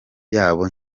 yabo